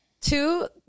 two